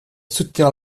soutenir